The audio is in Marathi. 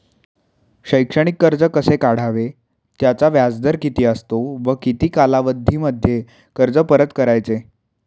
शैक्षणिक कर्ज कसे काढावे? त्याचा व्याजदर किती असतो व किती कालावधीमध्ये कर्ज परत करायचे?